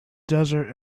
desert